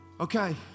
Okay